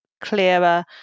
clearer